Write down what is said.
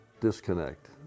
disconnect